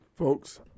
Folks